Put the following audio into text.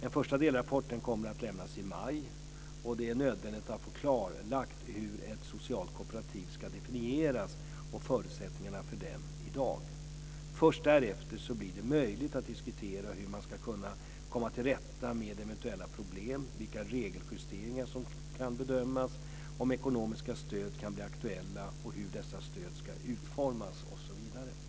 En första delrapport kommer att lämnas i maj. Det är nödvändigt att få klarlagt hur ett socialt kooperativ ska definieras och vilka förutsättningar som finns i dag. Först därefter blir det möjligt att diskutera hur man ska kunna komma till rätta med eventuella problem, vilka regeljusteringar som måste göras, om ekonomiska stöd kan bli aktuella, hur dessa stöd ska utformas osv.